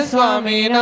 Swami